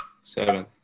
seven